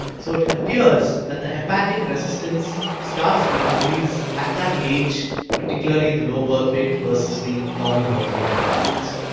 so it appears that the herpetic resistance starts to increase at that age particularly in the low birth-weight versus the normal birth-weight individuals.